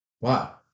Wow